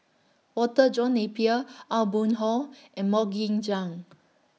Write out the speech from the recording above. Walter John Napier Aw Boon Haw and Mok Ying Jang